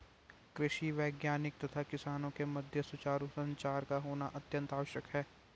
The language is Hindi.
कृषि वैज्ञानिक तथा किसानों के मध्य सुचारू संचार का होना अत्यंत आवश्यक है